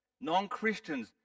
Non-Christians